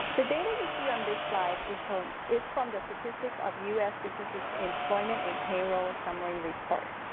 the data you see on this slide is from is from the statistics of us businesses employment and payroll summary report.